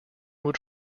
would